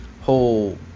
whole